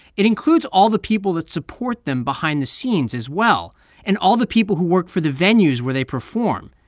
it includes all the people that support them behind the scenes as well and all the people who work for the venues where they perform,